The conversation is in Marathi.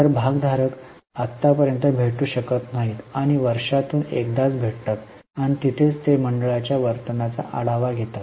तर भागधारक आतापर्यंत भेटू शकत नाहीत आणि वर्षातून एकदाच भेटतात आणि तिथेच ते मंडळाच्या वर्तनाचा आढावा घेतात